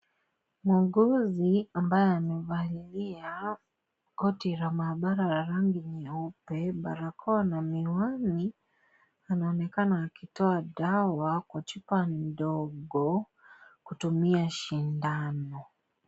Muuguzi, ambaye amevalia koti la mahabara la rangi nyeupe, barakoa na miwani, anaonekana akitoa dawa kwa chupa ndogo, kutumia sindano.